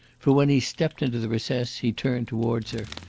for when he stepped into the recess he turned towards her,